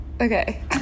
Okay